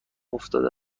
افتاده